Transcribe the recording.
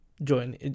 join